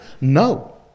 No